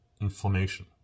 inflammation